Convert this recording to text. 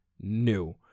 new